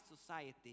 society